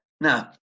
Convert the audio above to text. Now